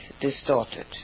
distorted